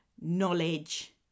knowledge